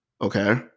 Okay